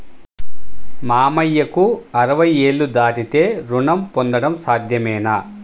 మామయ్యకు అరవై ఏళ్లు దాటితే రుణం పొందడం సాధ్యమేనా?